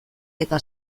eta